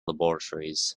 laboratories